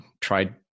tried